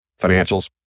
financials